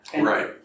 Right